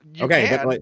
Okay